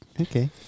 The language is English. Okay